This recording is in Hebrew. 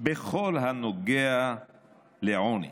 בכל הנוגע לעוני.